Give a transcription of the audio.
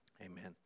Amen